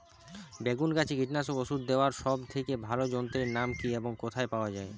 বেগুন গাছে কীটনাশক ওষুধ দেওয়ার সব থেকে ভালো যন্ত্রের নাম কি এবং কোথায় পাওয়া যায়?